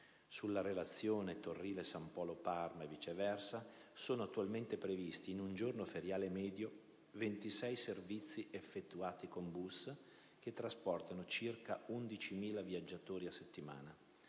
Sulla relazione Torrile San Polo-Parma (e viceversa) sono attualmente previsti, in un giorno feriale medio, 26 servizi effettuati con bus (che trasportano circa 11.000 viaggiatori a settimana),